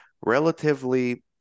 relatively